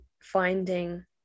finding